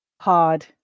hard